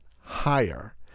higher